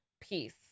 Peace